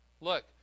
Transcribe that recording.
Look